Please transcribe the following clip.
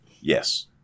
Yes